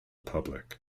public